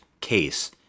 case